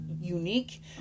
unique